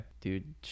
Dude